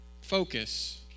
focus